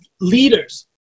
leaders